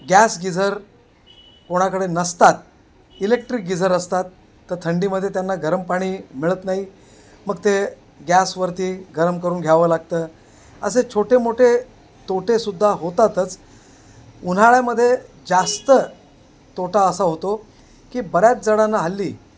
gas geyser कोणाकडे नसतात electric geyser असतात तर थंडीमध्ये त्यांना गरम पाणी मिळत नाही मग ते गॅसवरती गरम करून घ्यावं लागतं असे छोटे मोठे तोटेसुद्धा होतातच उन्हाळ्यामध्ये जास्त तोटा असा होतो की बऱ्याच जणांना हल्ली